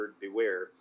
beware